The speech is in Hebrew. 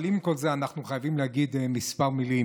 אבל עם כל זה אנחנו חייבים להגיד כמה מילים.